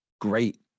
great